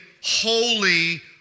holy